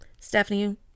Stephanie